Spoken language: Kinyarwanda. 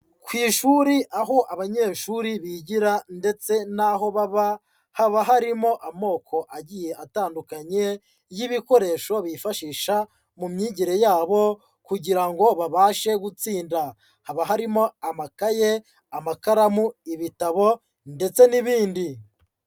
Ku ishuri aho abanyeshuri bigira ndetse naho baba, haba harimo amoko agiye atandukanye y'ibikoresho bifashisha mu myigire yabo kugira ngo babashe gutsinda. Haba harimo amakaye, amakaramu, ibitabo ndetse n'ibindi.